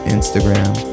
Instagram